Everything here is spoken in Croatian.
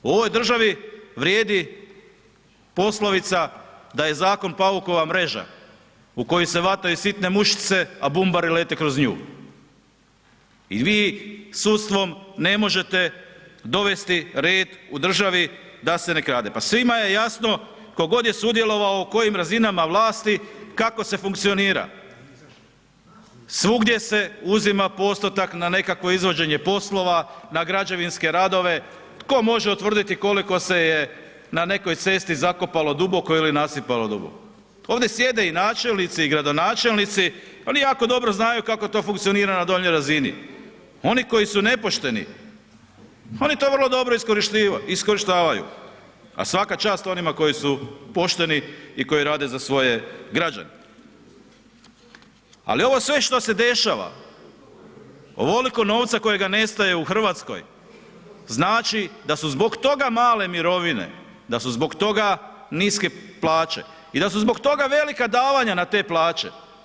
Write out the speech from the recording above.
U ovoj državi vrijedi poslovica da je zakon paukova mreža u koju se vataju sitne mušice, a bumbari lete kroz nju i vi sudstvom ne možete dovesti red u državi da se ne krade, pa svima je jasno tko god je sudjelovao u kojim razinama vlasti, kako se funkcionira, svugdje se uzima postotak na nekakvo izvođenje poslova, na građevinske radove, tko može utvrditi koliko se je na nekoj cesti zakopalo duboko ili nasipalo duboko, ovdje sjede i načelnici i gradonačelnici, oni jako dobro znaju kako to funkcionira na donjoj razini, oni koji su nepošteni, oni to vrlo dobro iskorištavaju, a svaka čast onima koji su pošteni i koji rade za svoje građane, ali ovo sve što se dešava, ovoliko novca kojega nestaje u RH znači da su zbog toga male mirovine, da su zbog toga niske plaće i da su zbog toga velika davanja na te plaće.